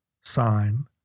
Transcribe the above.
sign